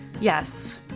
Yes